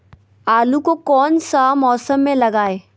आलू को कौन सा मौसम में लगाए?